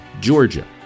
Georgia